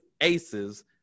Aces